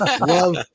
love